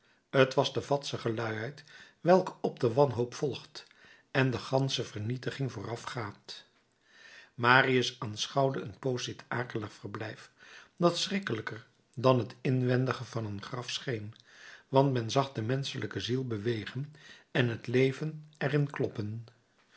t was de vadzige luiheid welke op de wanhoop volgt en de gansche vernietiging voorafgaat marius aanschouwde een poos dit akelig verblijf dat schrikkelijker dan t inwendige van een graf scheen want men zag de menschelijke ziel bewegen en het leven er in kloppen